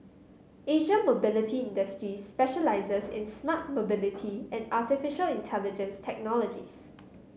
Asia Mobility Industries specialises in smart mobility and artificial intelligence technologies